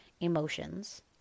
emotions